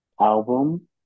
album